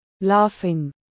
Laughing